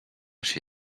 się